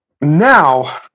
Now